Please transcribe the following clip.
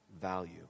value